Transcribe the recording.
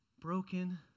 broken